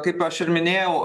kaip aš ir minėjau